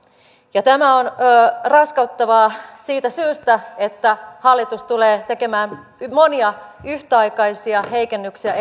ja tämä on raskauttavaa siitä syystä että hallitus tulee tekemään eläkkeensaajien asemaan monia yhtäaikaisia heikennyksiä